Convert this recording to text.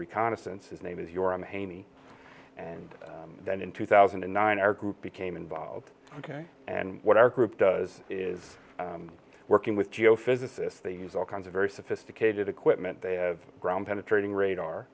reconnaissance his name is your own hany and then in two thousand and nine our group became involved ok and what our group does is working with geophysicists they use all kinds of very sophisticated equipment they have ground penetrating radar